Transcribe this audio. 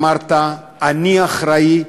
אמרת: אני אחראי,